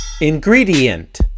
ingredient